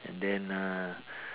and then uh